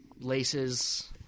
laces